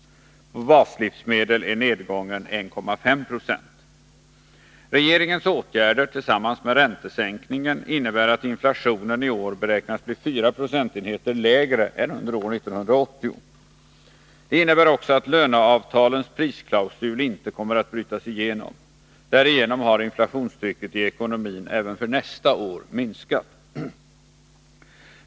På baslivsmedel är nedgången 1,5 90. Regeringens åtgärder tillsammans med räntesänkningen innebär att inflationen i år beräknas bli 4 procentenheter lägre än under år 1980. Det innebär också att löneavtalens prisklausul inte kommer att brytas igenom. Därigenom har inflationstrycket i ekonomin även för nästa år minskat.